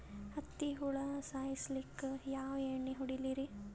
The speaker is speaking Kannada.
ಹತ್ತಿ ಹುಳ ಸಾಯ್ಸಲ್ಲಿಕ್ಕಿ ಯಾ ಎಣ್ಣಿ ಹೊಡಿಲಿರಿ?